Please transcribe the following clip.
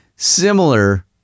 similar